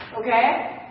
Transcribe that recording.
Okay